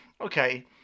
okay